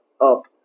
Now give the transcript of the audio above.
up